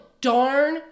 darn